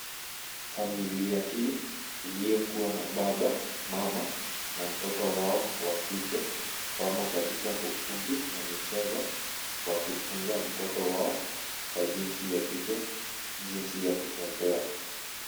Familia hii iliyokuwa na baba, mama na mtoto wao wa kike, wamo katika ukumbi wa michezo wakifunza mtoto wao wa jinsia ya kike jinsi ya kutembea.